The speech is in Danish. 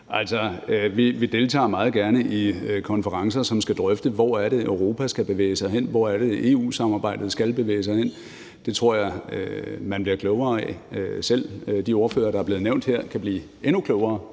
her. Vi deltager meget gerne i konferencer, som skal drøfte, hvor det er, Europa skal bevæge sig hen, hvor det er, EU-samarbejdet skal bevæge sig hen. Det tror jeg man bliver klogere af. Selv de ordførere, der er blevet nævnt her, kan blive endnu klogere